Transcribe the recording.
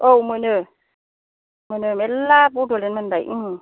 औ मोनो मोनो मेल्ला बड'लेण्ड मोनबाय ओं